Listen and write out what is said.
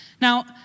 Now